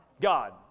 God